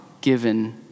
given